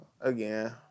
Again